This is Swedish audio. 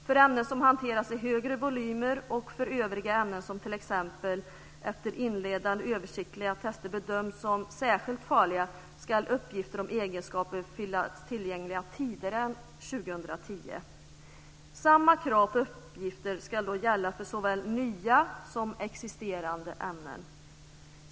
För ämnen som hanteras i högre volymer och för övriga ämnen som t.ex. efter inledande översiktliga tester bedöms som särskilt farliga ska uppgifter om egenskaperna finnas tillgängliga tidigare än 2010. Samma krav på uppgifter ska då gälla för såväl nya som existerande ämnen.